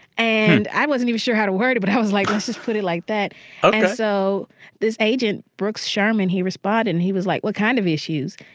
and i wasn't even sure how to word it, but i was like, let's just put it like that ok and so this agent, brooks sherman, he responded. and he was like, what kind of issues?